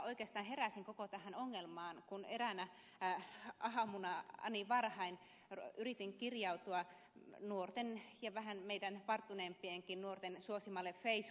itse oikeastaan heräsin koko tähän ongelmaan kun eräänä aamuna ani varhain yritin kirjautua nuorten ja vähän meidän varttuneempienkin nuorten suosimalle facebook sivustolle